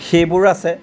সেইবোৰ আছে